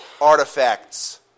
artifacts